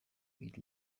eat